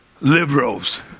liberals